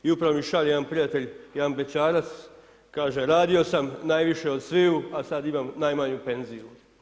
I upravo mi šalje jedan prijatelj, jedan bećarac, kaže, radio sam najviše od sviju, a sada imam najmanju penziju.